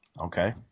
Okay